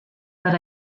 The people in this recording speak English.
but